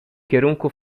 kierunku